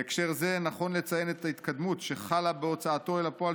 בהקשר זה נכון לציין את ההתקדמות שחלה בהוצאתו אל הפועל